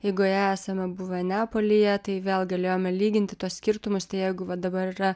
eigoje esame buvę neapolyje tai vėl galėjome lyginti tuos skirtumus tai jeigu va dabar yra